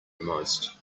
most